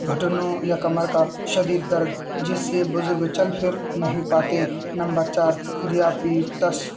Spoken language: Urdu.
گھٹنوں یا کمر کا شدید درد جس سے بزرگ چل پھر نہیں پاتے نمبر چار ذیابیطس